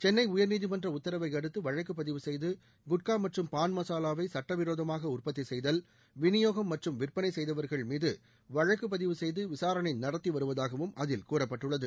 சென்னை உயர்நீதிமன்ற உத்தரவையடுத்து வழக்குப் பதிவு செய்து குட்கா மற்றும் பான் மசாவாவை சட்ட விரோதமாக உற்பத்தி செய்தல் விநியோகம் மற்றும் விற்பனை செய்தவர்கள் மீது வழக்குப் பதிவு செய்து விசாரணை நடத்தி வருவதாகவும் அதில் கூறப்பட்டுள்ளது